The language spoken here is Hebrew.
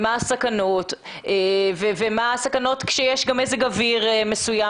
מה הסכנות ומה הסכנות כשיש גם מזג אוויר מסוים